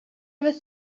ever